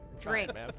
drinks